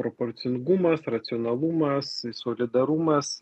proporcingumas racionalumas solidarumas